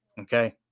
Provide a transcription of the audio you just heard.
Okay